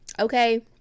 okay